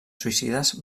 suïcides